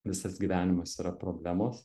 visas gyvenimas yra problemos